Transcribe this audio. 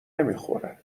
نمیخوره